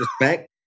respect